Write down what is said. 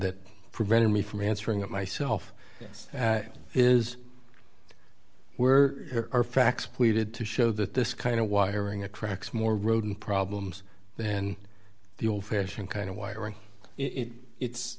that prevented me from answering it myself this is where our fracs pleaded to show that this kind of wiring attracts more rodent problems then the old fashioned kind of wiring it it